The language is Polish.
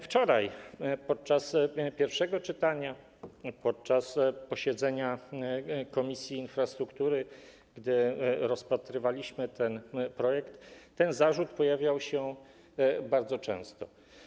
Wczoraj, podczas pierwszego czytania i podczas posiedzenia Komisji Infrastruktury, gdy rozpatrywaliśmy ten projekt, ten zarzut pojawiał się bardzo często.